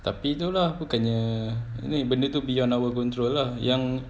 tapi tu lah dia kena ni benda tu beyond our control lah yang